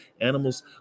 animals